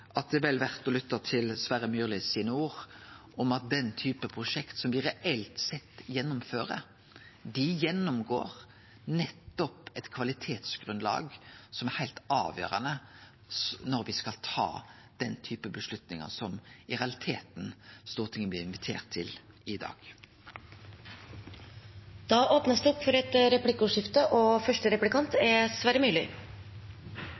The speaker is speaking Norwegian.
det er vel verdt å lytte til Sverre Myrli sine ord, om at den typen prosjekt som me reelt sett gjennomfører, må gjennomgå eit kvalitetsgrunnlag, noko som er heilt avgjerande når me skal ta slike avgjerder som Stortinget i realiteten blir invitert til i dag. Det